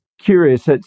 curious